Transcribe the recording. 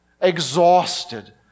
exhausted